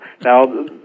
Now